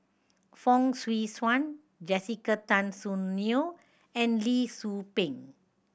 Fong Swee Suan Jessica Tan Soon Neo and Lee Tzu Pheng